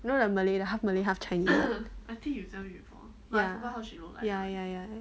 you know the malay the half malay half chinese ya ya ya